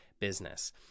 business